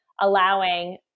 allowing